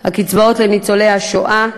לניצולי השואה,